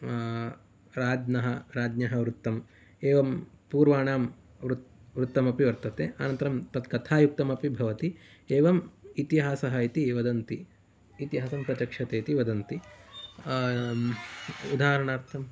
राज्ञः राज्ञ्यः वृत्तम् एवं पूर्वाणां वृ वृत्तमपि वर्तते अनन्तरं तत् कथायुक्तमपि भवति एवम् इतिहासः इति वदन्ति इतिहासं प्रचक्षते इति वदन्ति उदाहरणार्थं